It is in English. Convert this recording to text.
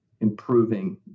improving